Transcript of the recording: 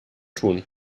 tun